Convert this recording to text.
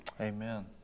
Amen